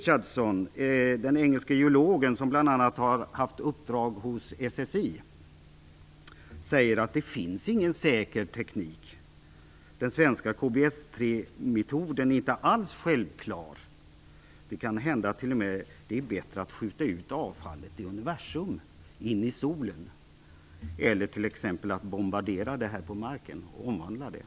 haft uppdrag hos SSI, säger att det finns ingen säker teknik. Den svenska KBS 3-metoden är inte alls självklar. Det kan t.o.m. vara bättre att skjuta ut avfallet i universum, in i solen, eller att t.ex. bombardera det på marken och omvandla det.